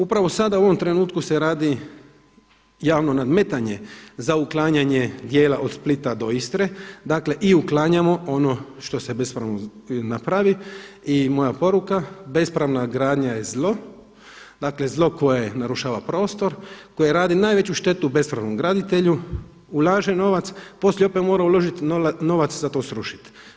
Upravo sada u ovom trenutku se radi javno nadmetanje za uklanjanje dijela od Splita do Istre, dakle i uklanjamo ono što se bespravno napravi i moja poruka, bespravna gradnja je zlo, dakle zlo koje narušava prostor, koje radi najveću štetu bespravnom graditelju, ulaže novac, poslije opet mora uložiti novac za to srušit.